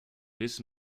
this